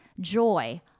joy